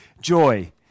joy